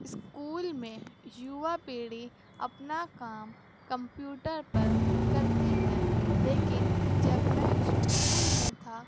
school میں یووا پیڑھی اپنا کام کمپیوٹر پر کرتی ہے لیکن جب میں اسکول میں تھا